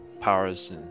powers